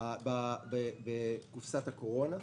בקופסת הקורונה,